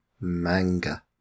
Manga